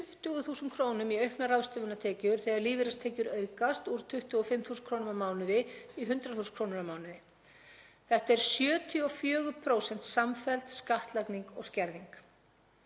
20.000 kr. í auknar ráðstöfunartekjur þegar lífeyristekjur aukast úr 25.000 kr. á mánuði í 100.000 kr. á mánuði. Þetta er 74% samfelld skattlagning og skerðing.